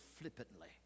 flippantly